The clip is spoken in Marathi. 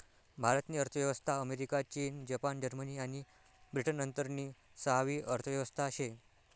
भारत नी अर्थव्यवस्था अमेरिका, चीन, जपान, जर्मनी आणि ब्रिटन नंतरनी सहावी अर्थव्यवस्था शे